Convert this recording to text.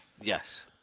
Yes